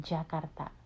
Jakarta